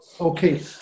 okay